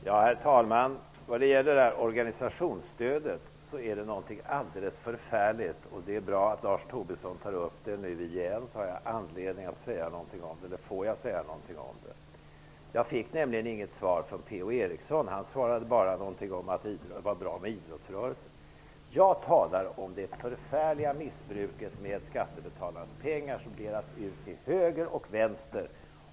Herr talman! Organisationsstödet är något alldeles förfärligt. Det är bra att Lars Tobisson tar upp den frågan igen så att jag får säga någonting om det. Jag fick nämligen inget svar från P-O Eriksson. Han sade bara någonting om att idrottsrörelsen är bra. Jag talar om det förfärliga missbruket med skattebetalarnas pengar, som delas ut till höger och vänster.